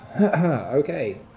Okay